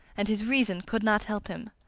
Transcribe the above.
and his reason could not help him.